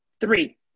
Three